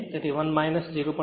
તેથી 1 0